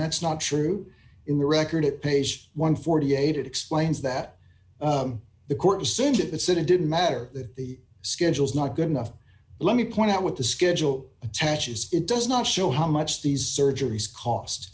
that's not true in the record it page one hundred and forty eight it explains that the court to send it said it didn't matter that the schedule is not good enough let me point out what the schedule attaches it does not show how much these surgeries cost